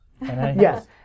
Yes